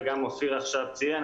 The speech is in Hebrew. וגם אופיר עכשיו ציין,